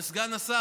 וסגן השר,